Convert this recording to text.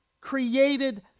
Created